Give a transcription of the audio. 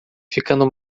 ficando